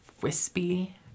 wispy